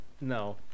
No